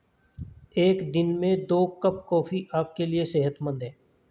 एक दिन में दो कप कॉफी आपके लिए सेहतमंद है